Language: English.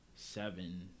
Seven